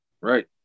Right